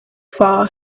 far